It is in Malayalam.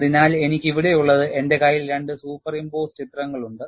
അതിനാൽ എനിക്ക് ഇവിടെയുള്ളത്എന്റെ കയ്യിൽ രണ്ടു സൂപ്പർഇമ്പോസ് ചിത്രങ്ങൾ ഉണ്ട്